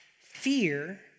fear